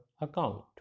account